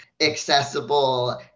accessible